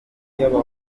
wabo